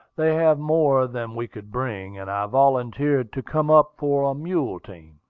they have more than we could bring, and i volunteered to come up for a mule team.